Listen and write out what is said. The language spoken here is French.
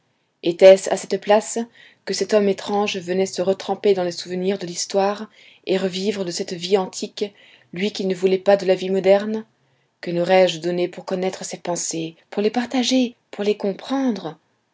était-ce à cette place que cet homme étrange venait se retremper dans les souvenirs de l'histoire et revivre de cette vie antique lui qui ne voulait pas de la vie moderne que n'aurais-je donné pour connaître ses pensées pour les partager pour les comprendre